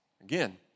again